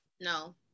No